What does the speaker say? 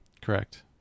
Correct